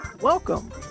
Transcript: Welcome